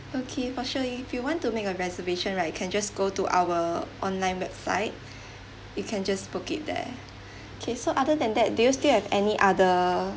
okay for sure if you want to make a reservation right you can just go to our online website you can just book it there okay so other than that do you still have any other